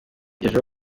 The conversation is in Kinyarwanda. ejo